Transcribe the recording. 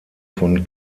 von